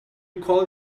call